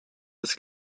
das